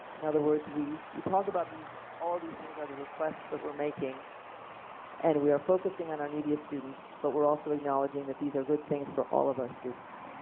in other words we we talk about these, all these things in the requests that were making and we are focusing on our neediest students but we're also acknowledging that these are good things for all of our students.